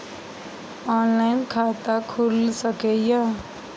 Online खाता खुल सके ये?